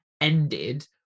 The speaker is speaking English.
ended